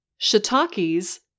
Shiitakes